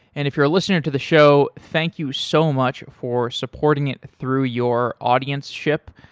and if you're a listener to the show, thank you so much for supporting it through your audienceship.